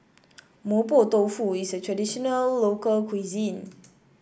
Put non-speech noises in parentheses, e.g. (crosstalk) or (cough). Mapo Tofu is a traditional local cuisine (noise)